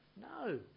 No